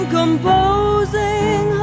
composing